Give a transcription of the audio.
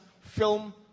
Film